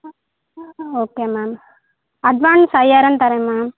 ஆ okay ma'am advance ஐயாயிரம் தர்றேன் ma'am